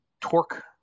torque